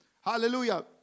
hallelujah